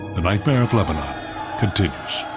the nightmare of lebanon continues.